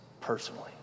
Personally